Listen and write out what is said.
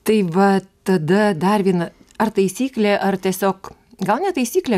tai va tada dar viena ar taisyklė ar tiesiog gal ne taisyklė